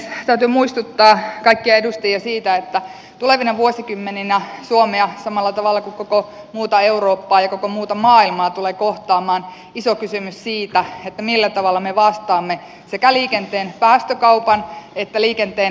täytyy muistuttaa kaikkia edustajia siitä että tulevina vuosikymmeninä suomea samalla tavalla kuin koko muuta eurooppaa ja koko muuta maailmaa tulee kohtaamaan iso kysymys siitä millä tavalla me vastaamme sekä liikenteen päästökaupan että liikenteen energiatehokkuuden vaatimuksiin